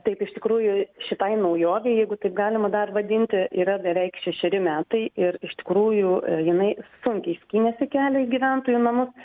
taip iš tikrųjų šitai naujovei jeigu taip galima dar vadinti yra beveik šešeri metai ir iš tikrųjų jinai sunkiai skynėsi kelią į gyventojų namus